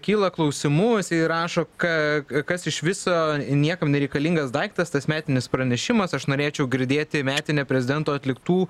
kyla klausimų jisai rašo ką kas iš viso niekam nereikalingas daiktas tas metinis pranešimas aš norėčiau girdėti metinę prezidento atliktų